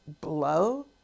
blow